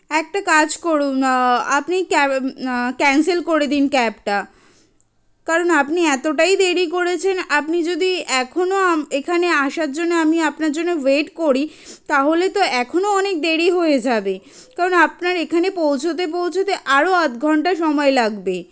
একটা কাজ করুন আপনি ক্যা ক্যান্সেল করে দিন ক্যাবটা কারণ আপনি এতটাই দেরি করেছেন আপনি যদি এখনো এখানে আসার জন্যে আমি আপনার জন্য ওয়েট করি তাহলে তো এখনো অনেক দেরি হয়ে যাবে কারণ আপনার এখানে পৌঁছোতে পৌঁছোতে আরও আধ ঘন্টা সময় লাগবে